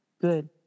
Good